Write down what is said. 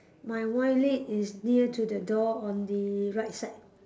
my wine list is near to the door on the right side